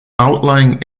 outlying